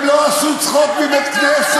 הם לא עשו צחוק מבית-כנסת.